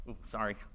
sorry